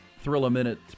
thrill-a-minute